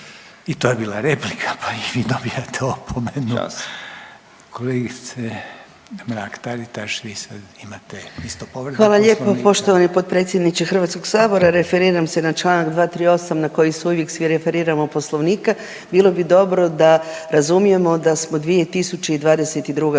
I to je bila replika pa i vi dobijate opomenu. Kolegice Mrak Taritaš vi sad imate isto povredu Poslovnika. **Mrak-Taritaš, Anka (GLAS)** Hvala lijepo poštovani potpredsjedniče Hrvatskog sabora. Referiram se na Članak 238., na koji se uvijek svi referiramo Poslovnika, bilo bi dobro da razumijemo da smo 2022. godina,